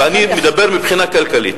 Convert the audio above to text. ואני מדבר מבחינה כלכלית.